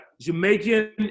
Jamaican